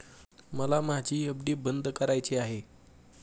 मला माझी एफ.डी बंद करायची आहे